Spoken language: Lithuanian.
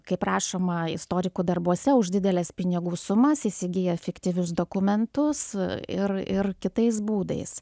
kaip rašoma istorikų darbuose už dideles pinigų sumas įsigiję fiktyvius dokumentus ir ir kitais būdais